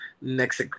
next